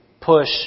push